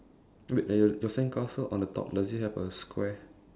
eh wait uh your sandcastle on the top does it have a square